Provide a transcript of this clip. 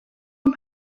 اون